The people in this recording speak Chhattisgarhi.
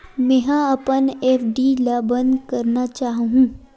मेंहा अपन एफ.डी ला बंद करना चाहहु